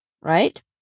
Right